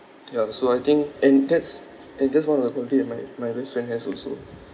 ya so I think and that's and that's one of the good thing that my my best friend has also